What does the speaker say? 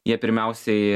jie pirmiausiai